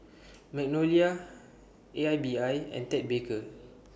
Magnolia A I B I and Ted Baker